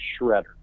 shredder